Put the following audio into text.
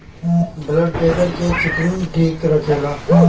blood pressure के चिटिन ठीक रखेला